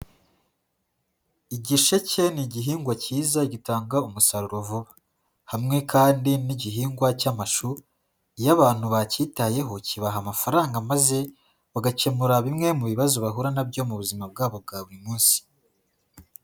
Igisheke ni igihingwa cyiza gitanga umusaruro vuba, hamwe kandi n'igihingwa cy'amashu, iyo abantu bacyitayeho kibaha amafaranga, maze bagakemura bimwe mu bibazo bahura na byo mu buzima bwabo bwa buri munsi.